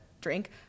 drink